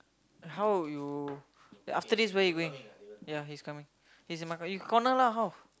how you after this where you going ya he's coming he's in my car you corner lah how